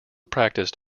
practiced